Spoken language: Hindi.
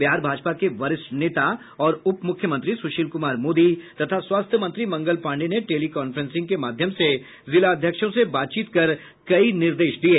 बिहार भाजपा के वरिष्ठ नेता और उप मुख्यमंत्री सुशील कुमार मोदी तथा स्वास्थ्य मंत्री मंगल पांडेय ने टेली कांफ्रेंसिंग के माध्यम से जिलाध्यक्षों से बातचीत कर कई निर्देश दिये